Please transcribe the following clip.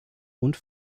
und